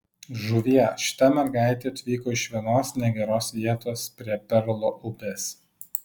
žuvie šita mergaitė atvyko iš vienos negeros vietos prie perlo upės